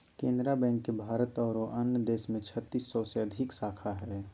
Canara bank के भारत आरो अन्य देश में छत्तीस सौ से अधिक शाखा हइ